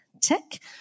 tick